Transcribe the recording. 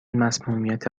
مصمومیت